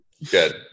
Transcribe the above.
Good